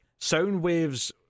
Soundwaves